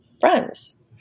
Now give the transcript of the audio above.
friends